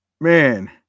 man